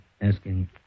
asking